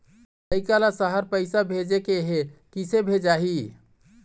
लइका ला शहर पैसा भेजें के हे, किसे भेजाही